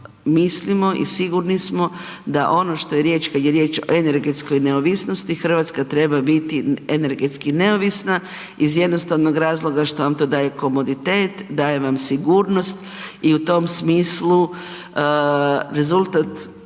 mislimo i sigurni smo da ono što je riječ kada je riječ o energetskoj neovisnosti Hrvatska treba biti energetski neovisna iz jednostavno razloga što vam to daje komoditet, daje vam sigurnost i u tom smislu rezultat